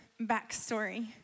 backstory